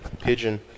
pigeon